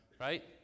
right